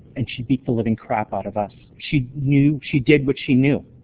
and she beat the living crap out of us. she knew she did what she knew.